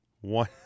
one